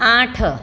આઠ